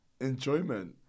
enjoyment